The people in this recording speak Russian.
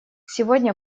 сегодня